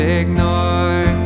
ignore